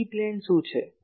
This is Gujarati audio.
ઇ પ્લેન શું છે